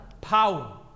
Power